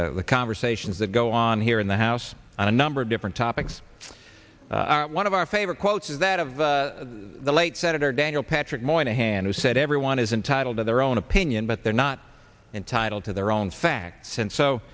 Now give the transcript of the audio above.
to the conversations that go on here in the house on a number of different topics one of our favorite quotes is that of the late senator daniel patrick moynihan who said everyone is entitled to their own opinion but they're not entitled to their own fact